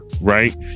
right